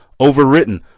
overwritten